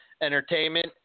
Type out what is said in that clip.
entertainment